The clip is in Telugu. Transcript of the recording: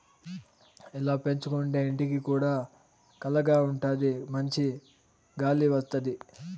ఇలా పెంచుకోంటే ఇంటికి కూడా కళగా ఉంటాది మంచి గాలి వత్తది